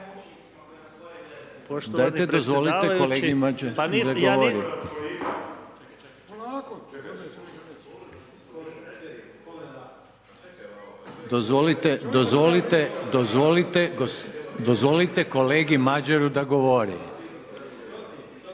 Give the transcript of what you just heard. Dozvolite kolegi Madjeru da govori.